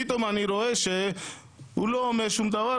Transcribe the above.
פתאום אני רואה שהוא לא אומר שום דבר,